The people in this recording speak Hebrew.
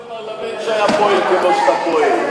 אם היה חבר פרלמנט שהיה פועל כמו שאתה פועל,